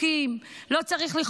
לא צריך לשלוט בחוקים,